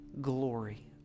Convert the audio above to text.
glory